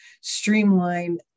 streamline